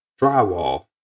drywall